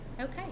Okay